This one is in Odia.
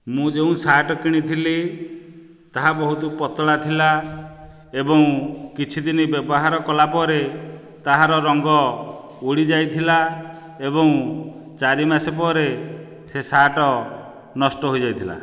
ମୁଁ ଯେଉଁ ସାର୍ଟ କିଣିଥିଲି ତାହା ବହୁତ ପତଳା ଥିଲା ଏବଂ କିଛିଦିନ ବ୍ୟବହାର କଲାପରେ ତାହାର ରଙ୍ଗ ଉଡ଼ି ଯାଇଥିଲା ଏବଂ ଚାରିମାସ ପରେ ସେ ସାର୍ଟ ନଷ୍ଟ ହୋଇଯାଇଥିଲା